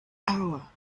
hour